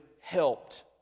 helped